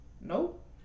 Nope